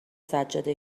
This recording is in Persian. سجاده